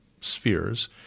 spheres